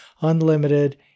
Unlimited